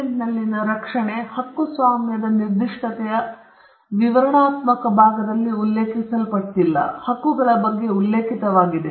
ಪೇಟೆಂಟ್ನಲ್ಲಿನ ರಕ್ಷಣೆ ಹಕ್ಕುಸ್ವಾಮ್ಯದ ನಿರ್ದಿಷ್ಟತೆಯ ವಿವರಣಾತ್ಮಕ ಭಾಗದಲ್ಲಿ ಉಲ್ಲೇಖಿಸಲ್ಪಟ್ಟಿಲ್ಲ ಮತ್ತು ಹಕ್ಕುಗಳ ಬಗ್ಗೆ ಉಲ್ಲೇಖಿತವಾಗಿದೆ